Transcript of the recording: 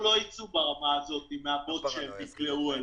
לא הייתי אתכם בחלק הראשון של הדיון,